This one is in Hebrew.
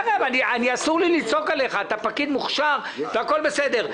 אסור לי לצעוק עליך, אתה פקיד מוכשר והכול בסדר.